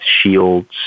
shields